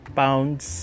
pounds